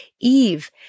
Eve